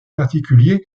particulier